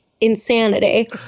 insanity